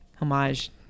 homage